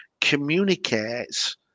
communicates